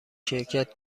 شرکت